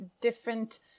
different